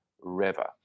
River